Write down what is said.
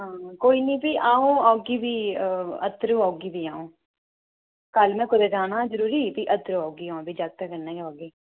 हां कोई निं फ्ही अ'ऊं औगी फ्ही अत्तरूं औगी फ्ही आऊं कल मैं कुतें जाना जरुरी फ्ही अत्तरूं औगी अ'ऊं फ्ही जाकते कन्नै गै औगी